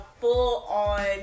full-on